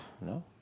No